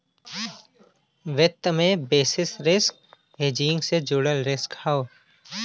वित्त में basis risk hedging से जुड़ल रिस्क हौ